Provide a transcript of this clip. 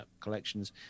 collections